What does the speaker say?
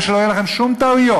ושלא יהיו לכם שום טעויות.